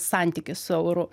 santykis su euru